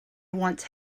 once